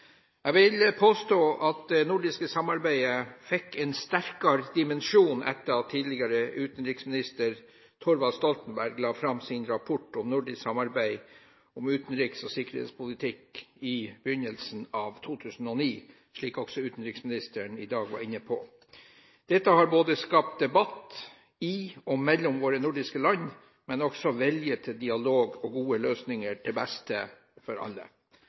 Jeg vil påstå at det nordiske samarbeidet fikk en sterkere dimensjon etter at tidligere utenriksminister Thorvald Stoltenberg la fram sin rapport om nordisk samarbeid om utenriks- og sikkerhetspolitikk i begynnelsen av 2009, slik også utenriksministeren i dag var inne på. Dette har skapt debatt i og mellom våre nordiske land, men også vilje til dialog og gode løsninger til beste for alle.